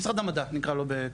משרד המדע נקרא לו.